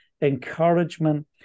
encouragement